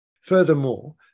Furthermore